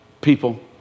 people